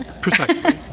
Precisely